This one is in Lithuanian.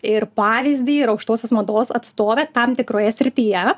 ir pavyzdį ir aukštosios mados atstovę tam tikroje srityje